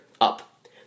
up